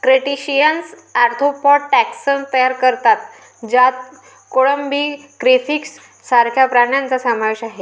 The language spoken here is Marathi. क्रस्टेशियन्स आर्थ्रोपॉड टॅक्सॉन तयार करतात ज्यात कोळंबी, क्रेफिश सारख्या प्राण्यांचा समावेश आहे